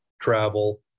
travel